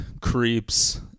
creeps